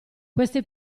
queste